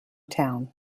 town